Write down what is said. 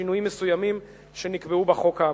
בשינויים מסוימים שנקבעו בחוק כאמור.